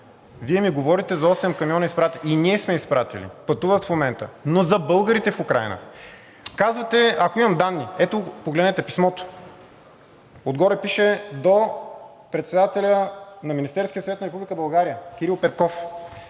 Вие ми говорите за изпратени осем камиона… И ние сме изпратили, пътуват в момента, но за българите в Украйна. Казвате: „Ако имам данни.“ Ето, погледнете писмото. (Показва.) Отгоре пише: „До председателя на Министерския съвет на Република България Кирил Петков“,